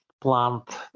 plant